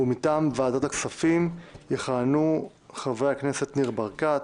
ומטעם ועדת הכספים יכהנו חברי הכנסת ניר ברקת,